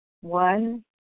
One